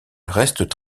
restent